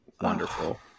wonderful